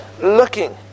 looking